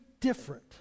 different